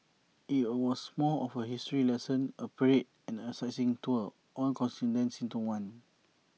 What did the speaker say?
IT was more of A history lesson A parade and A sightseeing tour all condensed into one